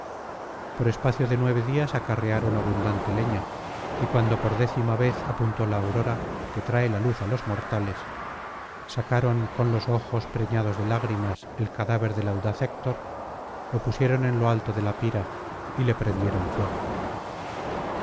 por espacio de hueve días acarrearon abundante leña y cuando por décima vez apuntó la aurora que trae la luz á los mortales sacaron con los ojos preñados de lágrimas el cadáver del audaz héctor lo pusieron en lo alto de la pira y le prendieron fuego